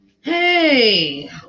Hey